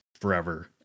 forever